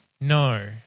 No